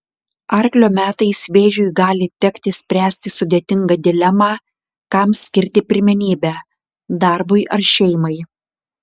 arklio metais vėžiui gali tekti spręsti sudėtingą dilemą kam skirti pirmenybę darbui ar šeimai